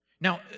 Now